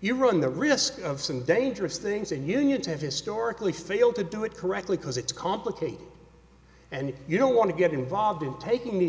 you run the risk of some dangerous things and unions have historically failed to do it correctly because it's complicated and you don't want to get involved in taking the